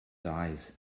dies